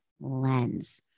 lens